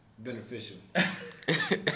Beneficial